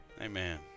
Amen